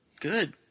good